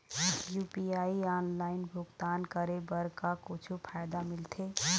UPI online भुगतान करे बर का कुछू फायदा मिलथे?